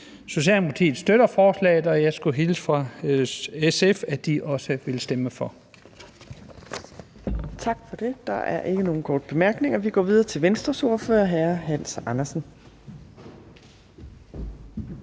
Socialdemokratiet støtter forslaget, og jeg skulle hilse fra SF og sige, at de også vil stemme for.